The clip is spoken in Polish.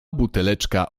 buteleczka